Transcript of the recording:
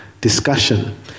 discussion